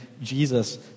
Jesus